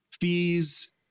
fees